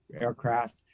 aircraft